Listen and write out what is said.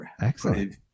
Excellent